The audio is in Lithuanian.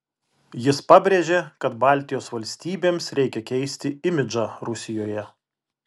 jis pabrėžė kad baltijos valstybėms reikia keisti imidžą rusijoje